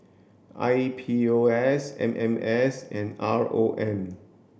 I P O S M M S and R O M